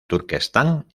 turquestán